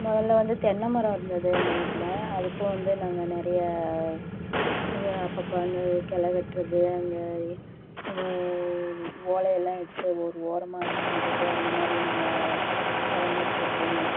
முதல்ல வந்து தென்னை மரம் இருந்தது எங்கள் வீட்டில் அதுக்கும் வந்து நாங்கள் நிறைய இது அப்பப்போ அந்த கிள வெட்டுறது அந்த ஓலையெல்லாம் எடுத்து ஒரு ஓரமாக இது பண்றது அந்த மாதிரி நாங்கள் பராமரித்துட்டு இருந்தோம்